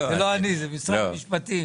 זה לא אני, זה משרד המשפטים.